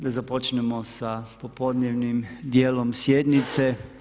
Da započnemo sa popodnevnim dijelom sjednice.